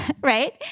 right